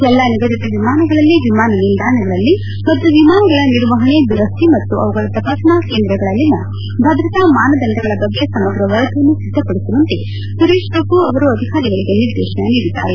ಎಲ್ಲಾ ನಿಗದಿತ ವಿಮಾನಗಳಲ್ಲಿ ವಿಮಾನ ನಿಲ್ದಾಣಗಳಲ್ಲಿ ಮತ್ತು ವಿಮಾನಗಳ ನಿರ್ವಹಣೆ ದುರಸ್ತಿ ಮತ್ತು ಅವುಗಳ ತಪಾಸಣಾ ಕೇಂದ್ರಗಳಲ್ಲಿನ ಭದ್ರತಾ ಮಾನದಂಡಗಳ ಬಗ್ಗೆ ಸಮಗ್ರ ವರದಿಯನ್ನು ಸಿದ್ದಪಡಿಸುವಂತೆ ಸುರೇಶ್ ಪ್ರಭು ಅವರು ಅಧಿಕಾರಿಗಳಿಗೆ ನಿರ್ದೇಶನ ನೀಡಿದ್ದಾರೆ